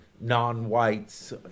non-whites